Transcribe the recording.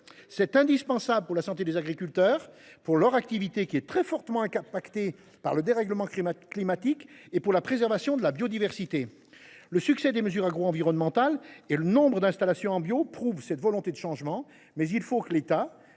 est indispensable pour la santé des agriculteurs, pour leur activité, qui est très fortement affectée par le dérèglement climatique, et pour la préservation de la biodiversité. Le succès des mesures agroenvironnementales et le nombre d’installations en bio attestent cette volonté de changement, mais il faut que l’État